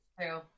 true